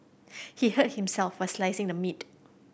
he hurt himself while slicing the meat